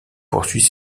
poursuit